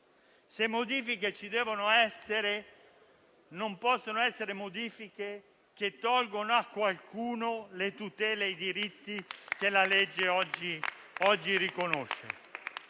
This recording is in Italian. se modifiche ci devono essere, non possono essere tali da togliere a qualcuno le tutele e i diritti che la legge oggi riconosce.